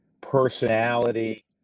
personality